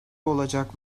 olacak